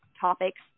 topics